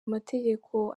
amategeko